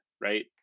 right